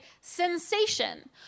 sensation